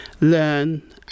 learn